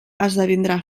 esdevindrà